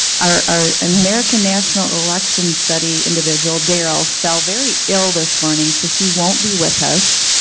our american national election study individual darryl fell very ill this morning, so he won't be with us.